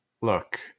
Look